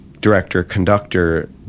director-conductor